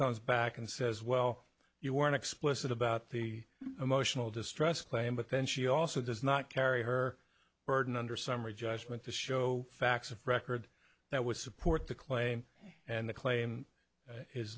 comes back and says well you were an explicit about the emotional distress claim but then she also does not carry her burden under summary judgment to show facts of record that would support the claim and the claim is